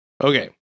Okay